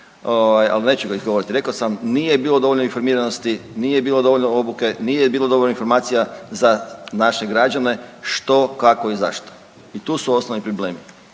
ali ne ću ga izgovoriti. Rekao sam, nije bilo dovoljno informiranosti, nije bilo dovoljno obuke, nije bilo dovoljno informacija za naše građane, što, kako i zašto i tu su osnovni problemi.